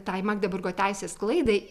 tai magdeburgo teisės sklaidai